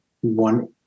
one